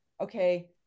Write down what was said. okay